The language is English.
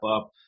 up